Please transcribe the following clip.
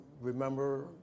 remember